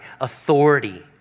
authority